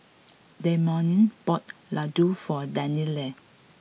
Dameon bought Ladoo for Danielle